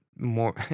More